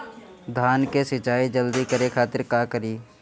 धान के सिंचाई जल्दी करे खातिर का करी?